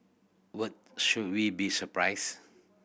what should we be surprised